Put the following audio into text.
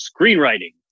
screenwriting